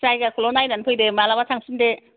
जायगाखौल' नायनानै फैदो माब्लाबा थांफिनदो